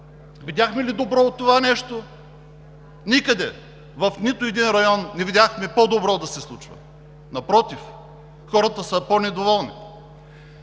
Видяхме ли добро от това нещо? Никъде, в нито един район не видяхме по-добро да се случва. Напротив, хората са по-недоволни.